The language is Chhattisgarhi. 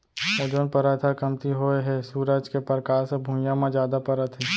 ओजोन परत ह कमती होए हे सूरज के परकास ह भुइयाँ म जादा परत हे